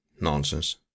nonsense